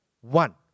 one